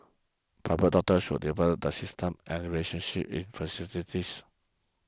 Private Hospitals develop the systems and relationships it facilitate this